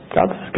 God's